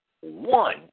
one